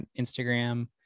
Instagram